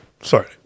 Sorry